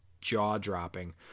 jaw-dropping